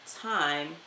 time